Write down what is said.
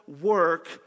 work